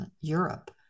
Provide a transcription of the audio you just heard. Europe